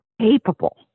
capable